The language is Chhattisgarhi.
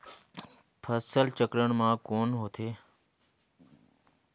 फसल चक्रण मा कौन होथे?